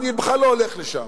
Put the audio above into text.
אני בכלל לא הולך לשם.